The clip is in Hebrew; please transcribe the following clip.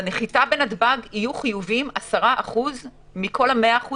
בנחיתה בנתב"ג יהיו חיובים 10% מכל ה-100%